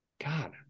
God